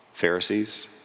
Pharisees